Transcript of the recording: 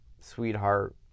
sweetheart